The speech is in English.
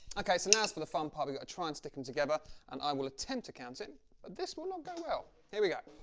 okay, so now for the fun part, we got to try and stick them together and i will attempt to count it, but this will not go well. here we go.